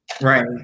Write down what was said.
Right